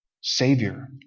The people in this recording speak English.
savior